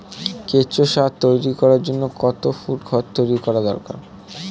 কেঁচো সার তৈরি করার জন্য কত ফুট ঘর তৈরি করা দরকার?